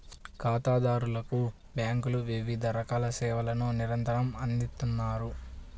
ఖాతాదారులకు బ్యేంకులు వివిధ రకాల సేవలను నిరంతరం అందిత్తన్నాయి